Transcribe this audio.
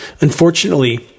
Unfortunately